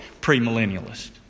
pre-millennialist